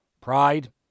pride